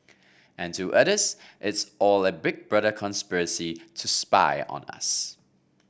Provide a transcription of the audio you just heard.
and to others it's all a big brother conspiracy to spy on us